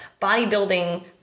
bodybuilding